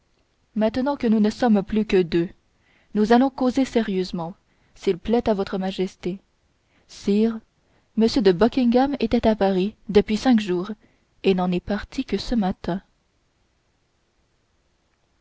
maintenant que nous ne sommes plus que nous deux nous allons causer sérieusement s'il plaît à votre majesté sire m de buckingham était à paris depuis cinq jours et n'en est parti que ce matin